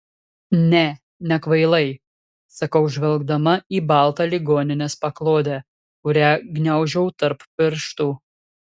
ne nekvailai sakau žvelgdama į baltą ligoninės paklodę kurią gniaužau tarp pirštų